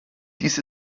dies